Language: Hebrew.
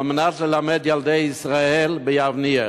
על מנת ללמד את ילדי ישראל ביבנאל,